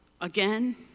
again